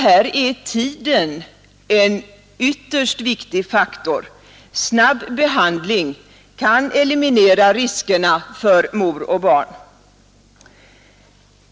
Här är tiden en ytterst viktig faktor. Snabb behandling kan eliminera riskerna för mor och barn.